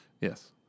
Yes